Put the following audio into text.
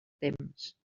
temps